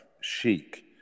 Chic